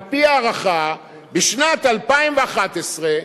על-פי הערכה, בשנת 2011,